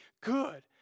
good